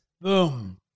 Boom